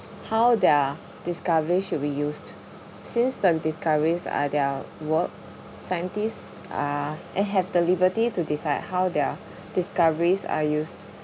how their discovery should be used since the discoveries are their work scientists are eh have the liberty to decide how their discoveries are used